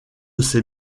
ces